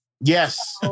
Yes